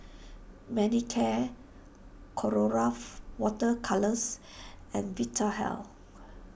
Manicare Colora Water Colours and Vitahealth